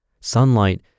Sunlight